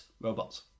robots